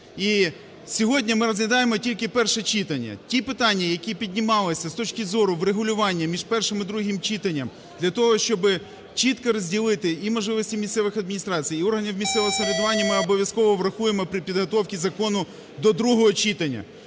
І сьогодні ми розглядаємо тільки перше читання, ті питання, які піднімалися з точки зору врегулювання між першим і другим читанням, для того щоб чітко розділити і можливості місцевих адміністрацій, і органів місцевого самоврядування. Ми обов'язково врахуємо при підготовці закону до другого читання.